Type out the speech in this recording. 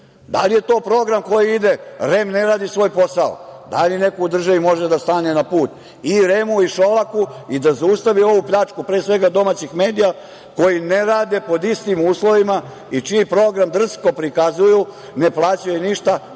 li je to program koji ide, REM ne radi svoj posao, da li neko u državi može da stane na put i REM-u i Šolaku i da zaustavi ovu pljačku, pre svega, domaćih medija koji ne rade pod istim uslovima i čiji program drsko prikazuju, ne plaćaju ništa,